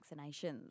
vaccinations